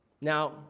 Now